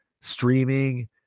streaming